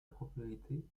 propriété